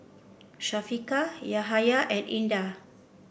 Syafiqah Yahaya and Indah